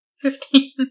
Fifteen